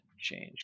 change